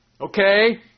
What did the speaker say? okay